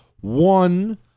One